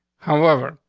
however,